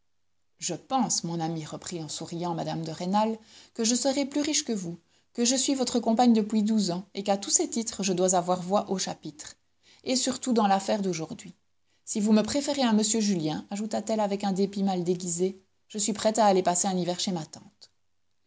je pense mon ami reprit en souriant mme de rênal que je serai plus riche que vous que je suis votre compagne depuis douze ans et qu'à tous ces titres je dois avoir voix au chapitre et surtout dans l'affaire d'aujourd'hui si vous me préférez un m julien ajouta-t-elle avec un dépit mal déguisé je suis prête à aller passer un hiver chez ma tante